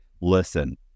listen